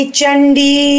Chandi